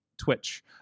Twitch